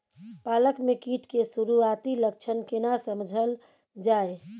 पालक में कीट के सुरआती लक्षण केना समझल जाय?